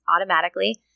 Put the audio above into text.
automatically